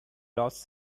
lost